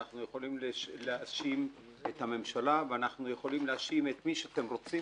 אנחנו יכולים להאשים את הממשלה ואנחנו יכולים להאשים את מי שאתם רוצים,